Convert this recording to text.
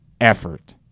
effort